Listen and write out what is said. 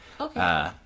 Okay